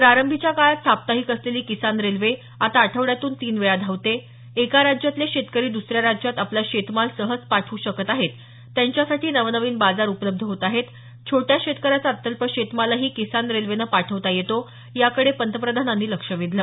प्रारंभीच्या काळात साप्ताहिक असलेली किसान रेल्वे आता आठवड्यातून तीन वेळा धावते एका राज्यातले शेतकरी दसऱ्या राज्यात आपला शेतमाल सहज पाठव् शकत आहेत त्यांच्यासाठी नवनवीन बाजार उपलब्ध होत आहेत छोट्या शेतकऱ्याचा अत्यल्प शेतमालही किसान रेल्वेनं पाठवता येतो याकडे पंतप्रधानांनी लक्ष वेधलं